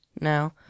No